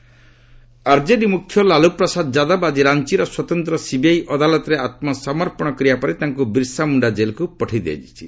Lalu jail RJD ମୁଖ୍ୟ ଲାଲୁପ୍ରସାଦ ଯାଦବ ଆଜି ରାଞ୍ଚର ସ୍ୱତନ୍ତ୍ର ସିବିଆଇ ଅଦାଲତରେ ଆତ୍ମସମର୍ପଣ କରିବା ପରେ ତାଙ୍କୁ ବିର୍ସାମୁଣ୍ଡା ଜେଲ୍କୁ ପଠାଇ ଦିଆଯାଇଛି